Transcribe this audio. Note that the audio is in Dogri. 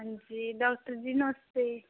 अंजी डॉक्टर जी नमस्ते